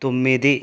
తొమ్మిది